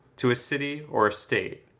to a city, or a state.